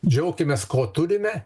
džiaukimės ko turime